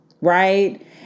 Right